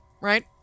right